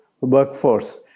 workforce